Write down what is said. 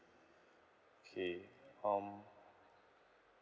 K um